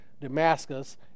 Damascus